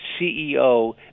CEO